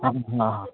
हां हां हां